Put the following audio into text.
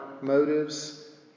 motives